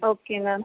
okay ma'am